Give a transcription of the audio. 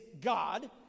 God